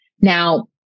Now